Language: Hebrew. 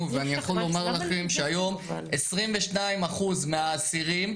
ואני יכול לומר לכם שהיום 22% מהאסירים,